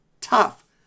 tough